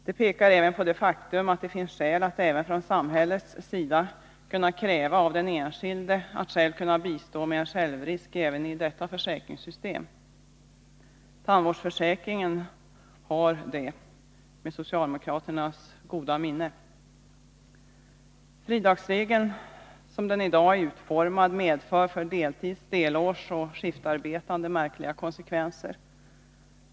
Det pekar även på det faktum att det finns skäl att från samhällets sida kräva av den enskilde att denne skall kunna bistå med en självrisk även i detta försäkringssystem. Tandvårdsförsäkringen har det med socialdemokraternas goda minne. Fridagsregeln, som den i dag är utformad, medför för deltids-, delårsoch skiftarbetande märkliga konsekvenser.